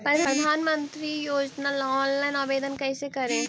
प्रधानमंत्री योजना ला ऑनलाइन आवेदन कैसे करे?